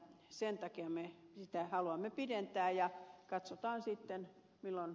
sen takia me sitä haluamme pidentää ja katsotaan sitten milloin